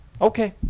okay